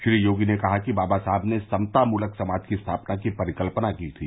श्री योगी ने कहा कि बाबा साहब ने समता मूलक समाज की स्थापना की परिकल्पना की थी